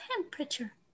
temperature